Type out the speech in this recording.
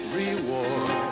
reward